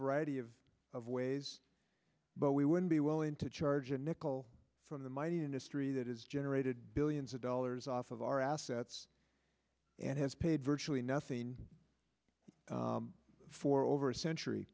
variety of of ways but we would be willing to charge a nickel from the the industry that is generated billions of dollars off of our assets and has paid virtually nothing for over a century